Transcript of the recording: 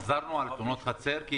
חזרנו לתאונות חצר?